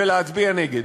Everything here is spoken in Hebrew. ולהצביע נגד.